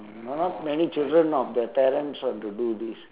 not many children of the parents want to do this